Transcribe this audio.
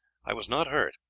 i was not hurt,